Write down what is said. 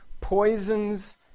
Poisons